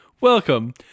welcome